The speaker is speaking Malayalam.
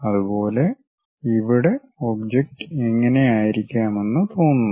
അതുപോലെ ഇവിടെ ഒബ്ജക്റ്റ് ഇങ്ങനെ ആയിരിക്കാമെന്ന് തോന്നുന്നു